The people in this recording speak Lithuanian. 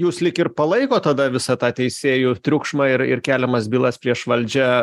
jūs lyg ir palaikot tada visą tą teisėjų triukšmą ir ir keliamas bylas prieš valdžią